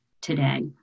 today